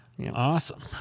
Awesome